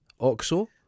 OXO